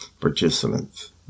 participants